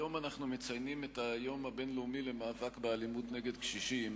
היום אנחנו מציינים את היום הבין-לאומי למאבק באלימות נגד קשישים.